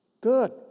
good